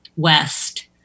west